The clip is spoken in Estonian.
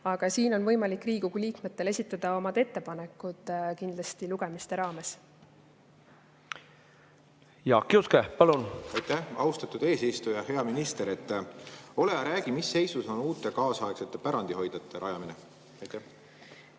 Aga siin on Riigikogu liikmetel võimalik esitada oma ettepanekud lugemiste raames. Jaak Juske, palun! Aitäh, austatud eesistuja! Hea minister! Ole hea, räägi, mis seisus on uute kaasaegsete pärandihoidlate rajamine. Aitäh,